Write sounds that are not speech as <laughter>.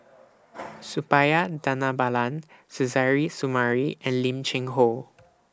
<noise> Suppiah Dhanabalan Suzairhe Sumari and Lim Cheng Hoe